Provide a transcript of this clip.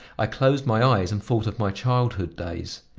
i closed my eyes and thought of my childhood days.